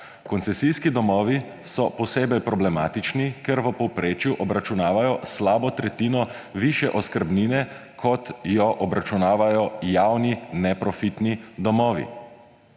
Koncesijski domovi so posebej problematični, ker v povprečju obračunavajo slabo tretjino višje oskrbnine, kot jo obračunavajo javni neprofitni domovi.